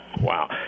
Wow